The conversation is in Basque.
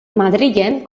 madrilen